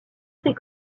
ses